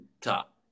top